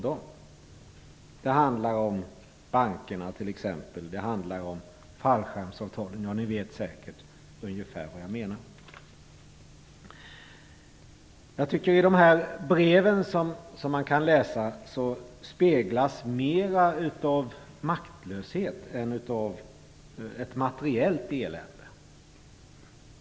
Det handlar då t.ex. om bankerna och fallskärmsavtalen. Ni vet säkert ungefär vad jag menar. I de här breven speglas mer av maktlöshet än av ett materiellt elände.